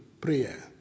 prayer